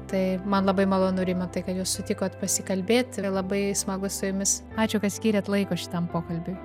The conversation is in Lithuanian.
tai man labai malonu rimantai kad jūs sutikot pasikalbėt ir labai smagu su jumis ačiū kad skyrėt laiko šitam pokalbiui